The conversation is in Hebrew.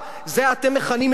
אתם מכנים את זה "קוראלס",